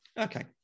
okay